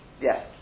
Yes